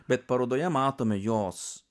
bet parodoje matome jos